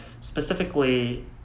specifically